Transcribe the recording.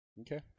Okay